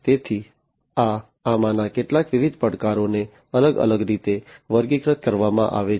તેથી આ આમાંના કેટલાક વિવિધ પડકારોને અલગ અલગ રીતે વર્ગીકૃત કરવામાં આવ્યા છે